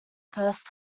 first